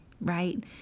right